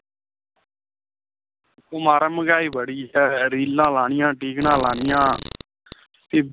ओह् महाराज मैंह्गाई बड़ी ऐ रीलां लानियां टिकनां लानियां